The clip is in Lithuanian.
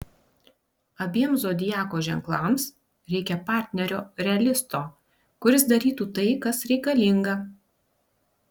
abiem zodiako ženklams reikia partnerio realisto kuris darytų tai kas reikalinga